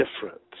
different